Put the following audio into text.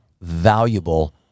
valuable